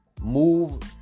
Move